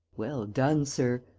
well done, sir,